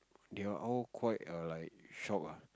they are all quite err like shock ah